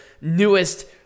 newest